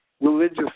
religious